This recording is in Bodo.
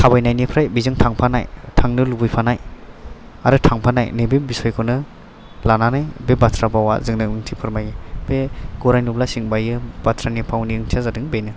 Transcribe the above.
थाबायनायनिफ्राय बिजों थांफानाय थांनो लुबैफानाय आरो थांफानाय नै बे बिचयखौनो लानानै बे बाथ्रा भावा जोंनो ओंथि फोरमायो बे गराय नुब्ला सिं बायो बाथ्रानि भावनि ओंथियानो जादों बेनो